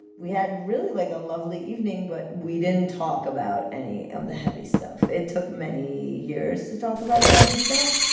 we had really like a lovely evening, but we didn't talk about any of the heavy stuff. it took many years to talk about the heavy stuff.